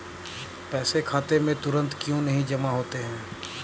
पैसे खाते में तुरंत क्यो नहीं जमा होते हैं?